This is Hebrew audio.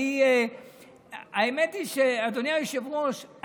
אדוני היושב-ראש,